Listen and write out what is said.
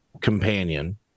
companion